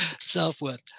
Self-worth